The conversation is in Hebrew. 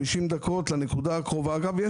50 דקות לנקודה הקרובה אגב,